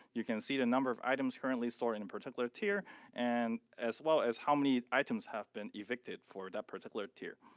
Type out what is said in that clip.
you can see the number of items currently stored in a particular tier and as well as how many items have been evicted for that particular tier,